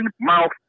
mouth